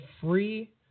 free